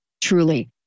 truly